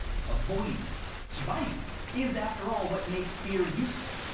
avoiding it surviving is, after all, what makes fear useful.